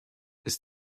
ist